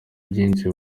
byinshi